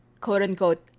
quote-unquote